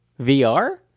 VR